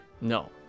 No